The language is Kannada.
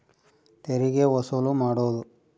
ತೆರಿಗೆ ವಸೂಲು ಮಾಡೋದು